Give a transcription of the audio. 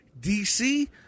DC